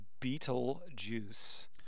Beetlejuice